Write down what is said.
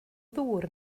ddŵr